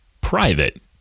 private